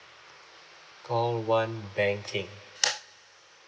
call one banking